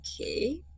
okay